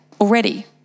already